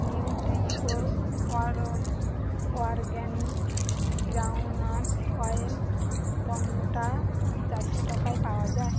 Nutriorg organic groundnut oil পণ্যটা কি চারশো টাকায় পাওয়া যায়